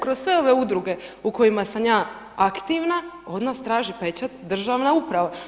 Kroz sve ove udruge u kojima sam ja aktivna od nas traži pečat državna uprava.